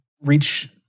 reach